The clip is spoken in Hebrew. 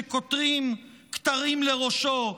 שקושרים כתרים לראשו,